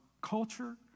culture